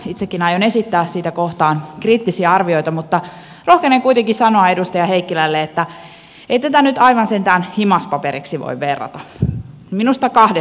itsekin aion esittää sitä kohtaan kriittisiä arvioita mutta rohkenen kuitenkin sanoa edustaja heikkilälle että ei tätä nyt sentään aivan himas paperiksi voi verrata minusta kahdesta syystä